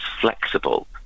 flexible